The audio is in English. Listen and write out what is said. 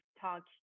talk